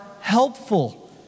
helpful